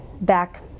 back